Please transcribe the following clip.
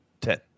Ten